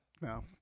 no